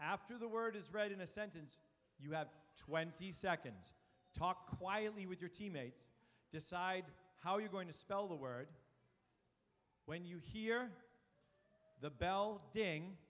after the word is read in a sentence you have twenty seconds talk quietly with your teammates decide how you're going to spell the word when you hear the bell